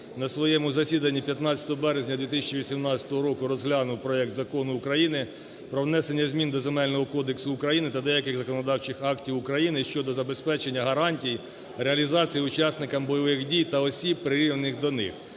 на своєму засіданні 15 березня 2018 року розглянув проект Закону України про внесення змін до Земельного кодексу України та деяких законодавчих актів України щодо забезпечення гарантій реалізації учасниками бойових дій та осіб, прирівняних до них,